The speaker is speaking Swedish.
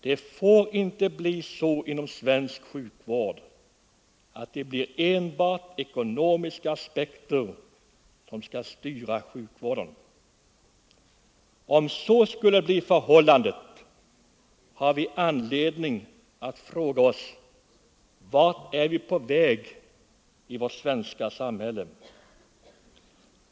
Det får inte bli så inom svensk sjukvård att enbart ekonomiska aspekter styr sjukvården. Om så skulle bli förhållandet har vi anledning fråga oss vart vi är på väg i vårt svenska samhälle.